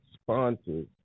sponsors